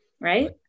right